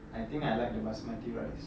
I think I like the basmati rice